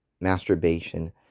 masturbation